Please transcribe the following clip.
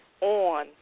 on